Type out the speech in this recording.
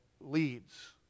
leads